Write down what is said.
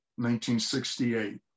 1968